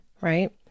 right